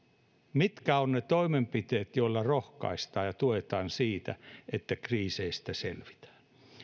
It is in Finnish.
mitkä ovat ne toimenpiteet joilla rohkaistaan ja tuetaan siinä että kriiseistä selvitään